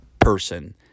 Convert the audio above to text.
person